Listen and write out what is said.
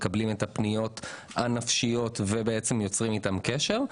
מקבלים את הפניות הנפשיות ויוצרים איתם קשר.